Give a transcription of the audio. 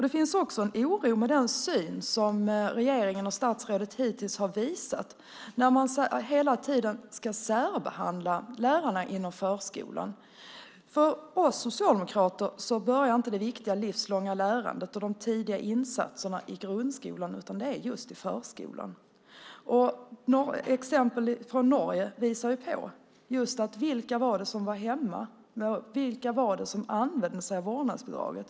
Det finns också en oro med den syn som regeringen och statsrådet hittills har visat när man hela tiden ska särbehandla lärarna inom förskolan. För oss socialdemokrater börjar inte det viktiga livslånga lärandet och de tidiga insatserna i grundskolan utan just i förskolan. Exempel från Norge visar vilka det var som var hemma och vilka som använde sig av vårdnadsbidraget.